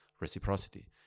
reciprocity